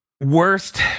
Worst